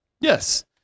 Yes